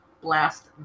blast